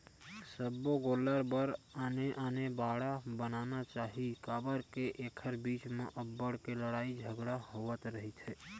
सब्बो गोल्लर बर आने आने बाड़ा बनाना चाही काबर के एखर बीच म अब्बड़ के लड़ई झगरा होवत रहिथे